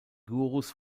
gurus